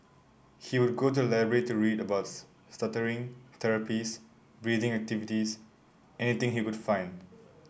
he would go to the library to read about stuttering therapies breathing activities anything he would find